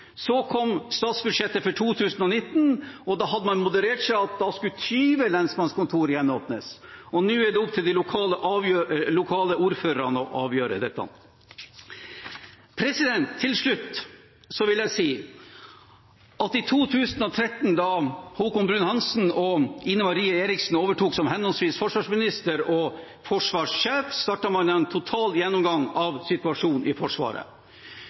Så kom statsbudsjettet for 2019, og da hadde man moderert seg til at 20 lensmannskontor skulle gjenåpnes. Nå er det opp til de lokale ordførerne å avgjøre dette. Til slutt vil jeg si at i 2013, da Haakon Bruun-Hanssen og Ine Eriksen Søreide overtok som henholdsvis forsvarssjef og forsvarsminister, startet man en total gjennomgang av situasjonen i Forsvaret.